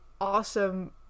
awesome